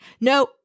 No